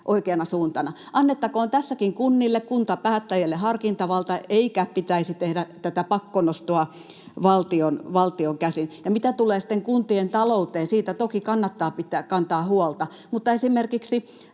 oikeana suuntana. Annettakoon tässäkin kunnille, kuntapäättäjille harkintavalta, eikä pitäisi tehdä tätä pakkonostoa valtion käsin. Ja mitä tulee sitten kuntien talouteen, niin siitä toki kannattaa kantaa huolta. Mutta esimerkiksi